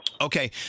Okay